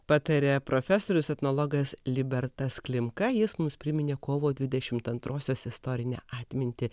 pataria profesorius etnologas libertas klimka jis mus priminė kovo dvidešimt antrosios istorinę atmintį